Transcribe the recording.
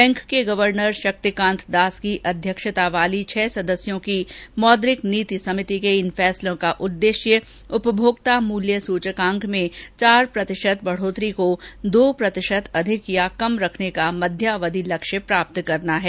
bank के governor Shaktikanta Das की अध्यक्षता वाली छह सदस्यों की मौद्रिक नीति समिति के इन फैसलों का उद्देश्य उपभोक्ता मूल्य सूचकांक में चार प्रतिशत वृद्धि को दो प्रतिशत अधिक या कम रखने का मध्यावधि लक्ष्य प्राप्त करना है